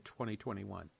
2021